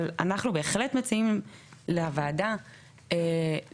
אבל אנחנו בהחלט מציעים לוועדה להוסיף